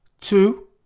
Two